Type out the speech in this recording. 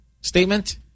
statement